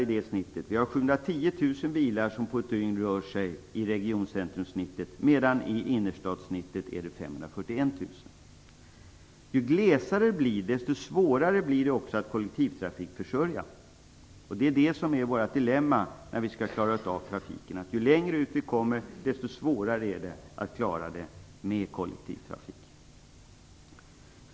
På ett dygn rör sig 710 000 bilar i regioncentrumsnittet, mot 541 000 bilar i innerstadssnittet. Ju glesare det blir, desto svårare blir det att kollektivtrafikförsörja. Det är vårt dilemma. Ju längre ut vi kommer, desto svårare är det att klara trafiken med kollektivtrafikmedel.